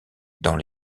dans